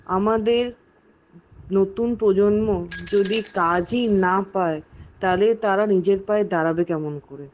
আমাদের নতুন প্রজন্ম যদি কাজই না পায় তাহলে তারা নিজের পায়ে দাঁড়াবে কেমন করে